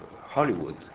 Hollywood